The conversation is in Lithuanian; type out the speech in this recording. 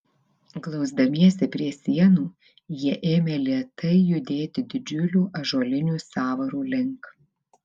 glausdamiesi prie sienų jie ėmė lėtai judėti didžiulių ąžuolinių sąvarų link